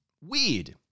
Weird